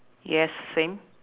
yes same